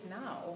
now